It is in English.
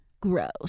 gross